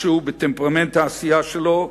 משהו בטמפרמנט העשייה שלו,